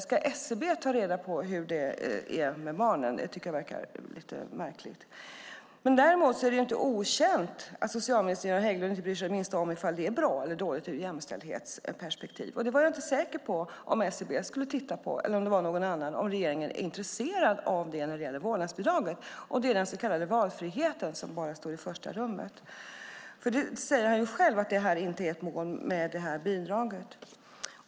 Ska SCB ta reda på hur det är med barnen? Det tycker jag verkar lite märkligt. Däremot är det inte okänt att socialminister Göran Hägglund inte bryr sig det minsta om det är bra eller dåligt ur ett jämställdhetsperspektiv. Jag är inte säker på om det var SCB som skulle titta på det eller om det var någon annan och om regeringen är intresserad av det när det gäller vårdnadsbidraget eller om det bara är den så kallade valfriheten som står i första rummet. Socialministern säger själv att det inte är ett mål med detta bidrag.